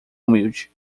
humilde